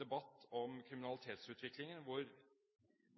debatt om kriminalitetsutviklingen hvor